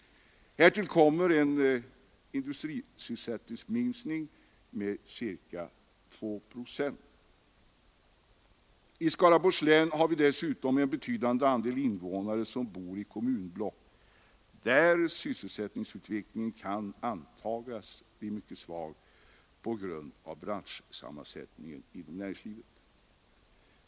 Härtill kommer en industrisysselsättningsminskning med ca 2 procent. I Skaraborgs län har vi dessutom en betydande andel invånare som bor i kommunblock där sysselsättningsutvecklingen kan antagas bli mycket svag på grund av branschsammansättningen inom näringslivet.